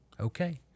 Okay